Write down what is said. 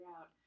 out